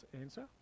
answer